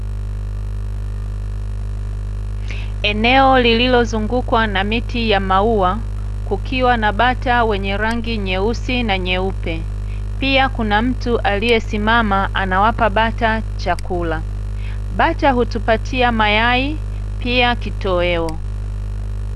Eneo lililozungukwa na miti ya maua kukiwa na bata wenye rangi nyeusi na nyeupe, pia kuna mtu aliyesimama anawapa bata chakula. Bata hutupatia mayai pia kitoweo.